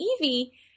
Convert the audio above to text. Evie